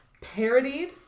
parodied